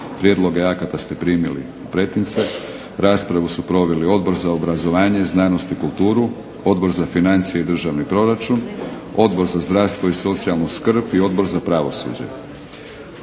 Prijedloge akata ste primili u pretince. Raspravu su proveli Odbor za obrazovanje, znanost i kulturu, Odbor za financije i državni proračun, Odbor za zdravstvo i socijalnu skrb i Odbor za pravosuđe.